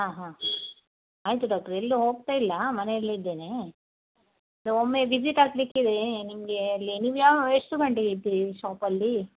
ಹಾಂ ಹಾಂ ಆಯಿತು ಡಾಕ್ಟ್ರೆ ಎಲ್ಲು ಹೋಗ್ತ ಇಲ್ಲ ಮನೇಲೆ ಇದ್ದೇನೆ ಒಮ್ಮೆ ವಿಸಿಟ್ ಹಾಕಲಿಕ್ಕಿದೇ ನಿಮಗೆ ಅಲ್ಲಿ ನೀವು ಯಾವ ಎಷ್ಟು ಗಂಟೆಗೆ ಇರ್ತಿರಿ ಶಾಪಲ್ಲಿ